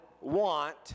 want